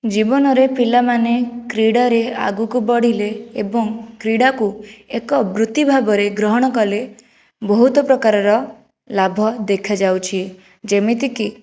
ଜୀବନରେ ପିଲାମାନେ କ୍ରୀଡ଼ାରେ ଆଗକୁ ବଢ଼ିଲେ ଏବଂ କ୍ରୀଡ଼ାକୁ ଏକ ବୃତ୍ତି ଭାବରେ ଗ୍ରହଣ କଲେ ବହୁତ ପ୍ରକାରର ଲାଭ ଦେଖା ଯାଉଛି ଯେମିତିକି